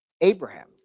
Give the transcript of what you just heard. Abraham